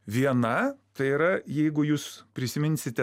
viena tai yra jeigu jūs prisiminsite